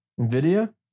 NVIDIA